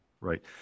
right